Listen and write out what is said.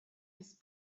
his